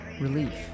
...relief